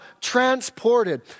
transported